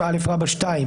עצמו.